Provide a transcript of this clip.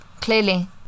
Clearly